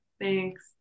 Thanks